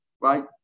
right